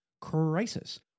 Crisis